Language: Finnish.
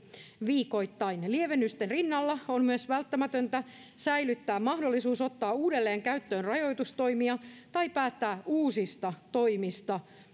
viikoittain lievennysten rinnalla on myös välttämätöntä säilyttää mahdollisuus ottaa uudelleen käyttöön rajoitustoimia tai päättää uusista toimista